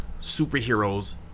superheroes